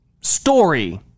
story